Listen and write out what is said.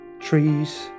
Trees